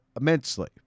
immensely